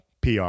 PR